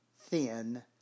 thin